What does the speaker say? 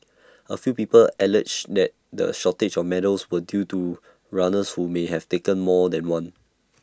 A few people alleged that the shortage of medals was due to runners who may have taken more than one